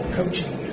coaching